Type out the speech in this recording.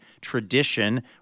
tradition